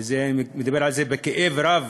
ואני מדבר על זה בכאב רב,